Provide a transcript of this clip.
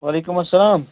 وعلیکُم اسلام